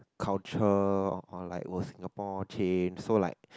culture or like will Singapore change so like